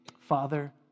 Father